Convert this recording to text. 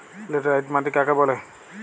Laterite মাটি কাকে বলে?